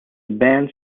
bands